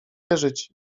uwierzyć